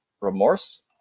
remorse